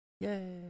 Yay